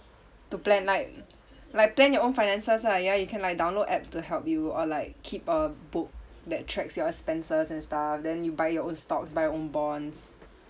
to plan like like plan your own finances ah ya you can like download apps to help you or like keep a book that tracks your expenses and stuff then you buy your own stocks buy your own bonds